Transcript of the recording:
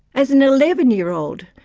as an eleven year old,